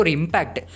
impact